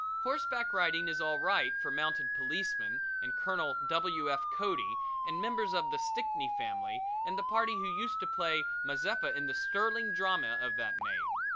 horseback riding is all right for mounted policemen and colonel w. f. cody and members of the stickney family and the party who used to play mazeppa in the sterling drama of that name.